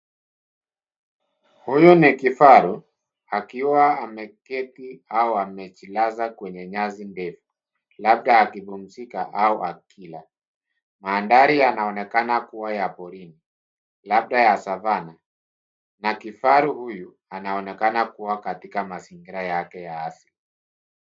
Huyi ni kifaru akiwa ameketi au amejilaza kwenye nyasi ndefu labda akipumzika au akila. Mandhari yanaonekana kuwa ya porini labda ya savannah na kifaru huyu anaonekana kuwa katika mazingira yake ya asili.